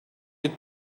you